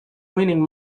winning